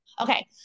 okay